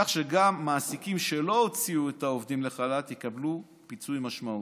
כך שגם מעסיקים שלא הוציאו את העובדים לחל"ת יקבלו פיצוי משמעותי.